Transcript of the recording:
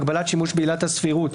הגבלת שימוש בעילת הסבירות,